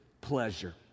pleasure